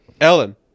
Ellen